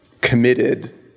committed